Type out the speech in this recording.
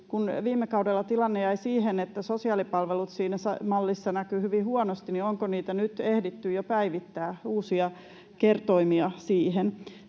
kun viime kaudella tilanne jäi siihen, että sosiaalipalvelut siinä mallissa näkyivät hyvin huonosti, niin onko nyt ehditty jo päivittää uusia kertoimia siihen.